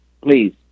please